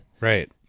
Right